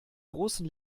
großen